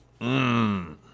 Mmm